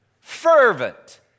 fervent